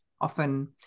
often